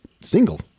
single